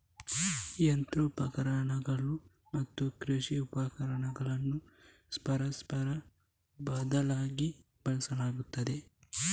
ಯಂತ್ರೋಪಕರಣಗಳು ಮತ್ತು ಕೃಷಿ ಉಪಕರಣಗಳನ್ನು ಪರಸ್ಪರ ಬದಲಿಯಾಗಿ ಬಳಸಲಾಗುತ್ತದೆ